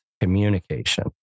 communication